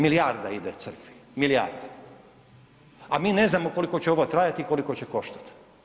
Milijarda ide crkvi, milijarda, a mi ne znamo koliko će ovo trajati i koliko će koštat.